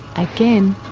again.